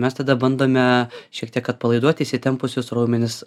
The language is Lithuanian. mes tada bandome šiek tiek atpalaiduoti įsitempusius raumenis